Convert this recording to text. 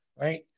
right